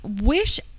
wish